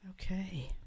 Okay